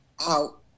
out